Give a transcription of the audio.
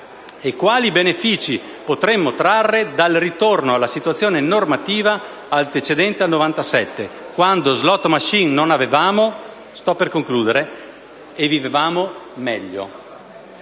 e quali benefici potremmo trarre dal ritorno alla situazione normativa antecedente al 1997, quando non avevamo *slot machine* e vivevamo meglio,